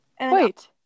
Wait